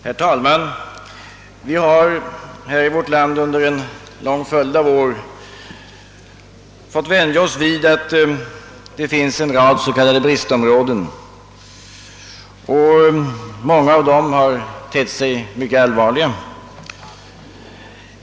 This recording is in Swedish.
Herr talman! Vi har här i vårt land under en lång följd av år fått vänja oss vid att det finns en rad s.k. bristområden, och många av dem har tett sig mycket allvarliga.